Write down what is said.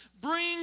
bring